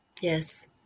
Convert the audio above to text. Yes